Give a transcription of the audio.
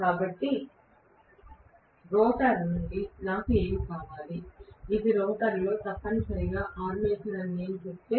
కాబట్టి రోటర్ నుండి నాకు ఏమి కావాలి ఇది రోటర్లో తప్పనిసరిగా ఆర్మేచర్ అని నేను చెబితే